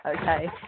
okay